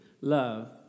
Love